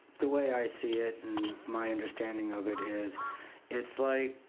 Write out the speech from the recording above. the way i see it, and my understanding of it is it's like,